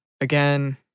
Again